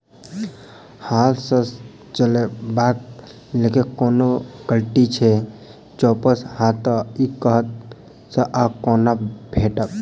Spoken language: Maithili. हाथ सऽ चलेबाक लेल कोनों कल्टी छै, जौंपच हाँ तऽ, इ कतह सऽ आ कोना भेटत?